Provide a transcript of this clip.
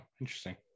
interesting